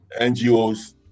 NGOs